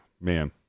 man